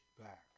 back